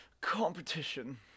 competition